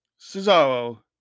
Cesaro